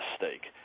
mistake